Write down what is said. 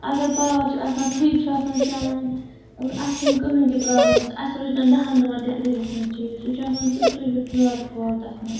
اَگر پاوَر چھُ آسان فرٛج چھُ آسان چَلان اَسہِ چھُنہٕ کٕہۭنۍ تہِ پرٛابلِم گٔژھ اَسہِ روٗزۍتَن دَہَن دۄہَن تہِ فرٛجَس منٛز چیٖز سُہ چھُ آسان تیُتھُے یُتھ یورٕ ترٛوو تَتھ منٛز